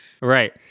Right